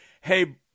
hey